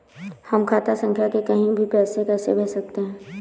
हम खाता संख्या से कहीं भी पैसे कैसे भेज सकते हैं?